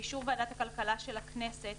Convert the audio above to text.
באישור ועדת הכלכלה של הכנסת,